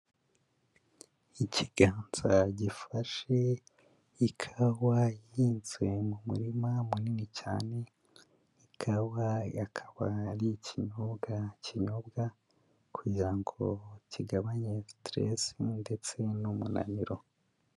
Ikiganza gifashe ikawa ihinzwe mu murima munini cyane, ikawa akaba ari ikinyobwa kinyobwa kugira ngo kigabanye stress ndetse n'umunaniro.